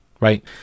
right